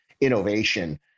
innovation